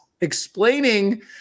explaining –